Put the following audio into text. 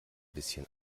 bisschen